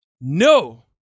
no